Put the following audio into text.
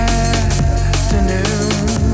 afternoon